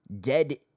dead